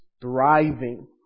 thriving